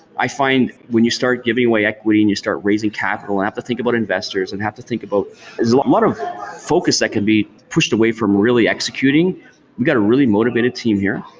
i find when you start giving away equity and you start raising capital, i have to think about investors and have to think about there's a lot of focus i can be pushed away from really executing we've got a really motivated team here.